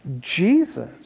Jesus